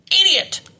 idiot